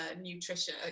nutrition